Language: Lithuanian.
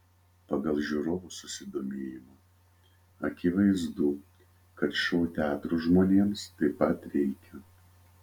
pagal žiūrovų susidomėjimą akivaizdu kad šou teatrų žmonėms taip pat reikia